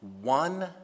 One